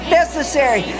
necessary